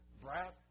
Breath